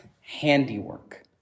handiwork